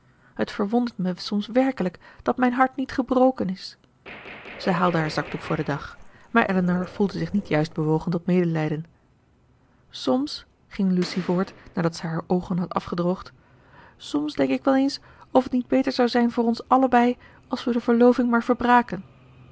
t verwondert mij soms werkelijk dat mijn hart niet gebroken is zij haalde haar zakdoek voor den dag maar elinor voelde zich niet juist bewogen tot medelijden soms ging lucy voort nadat ze haar oogen had afgedroogd soms denk ik wel eens of t niet beter zou zijn voor ons allebei als we de verloving maar verbraken